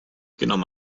genommen